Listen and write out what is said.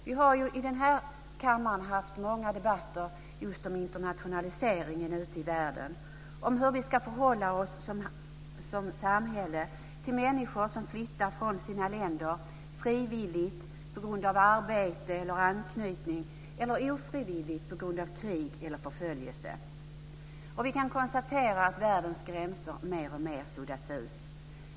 Vi har i den här kammaren haft många debatter just om internationaliseringen ute i världen, om hur vi ska förhålla oss som samhälle till människor som flyttar från sina länder frivilligt på grund av arbete, av anknytning eller som flyttar ofrivilligt på grund av krig eller förföljelse. Vi kan konstatera att världens gränser mer och mer suddas ut.